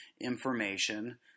information